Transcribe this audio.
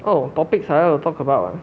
oh topics 还要 talk about ah